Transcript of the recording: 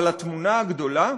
אבל התמונה הגדולה,